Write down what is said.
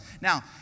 Now